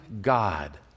God